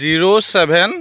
zero even